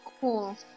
Cool